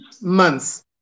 months